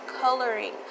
coloring